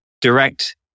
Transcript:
direct